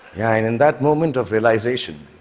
yeah and in that moment of realization,